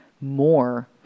more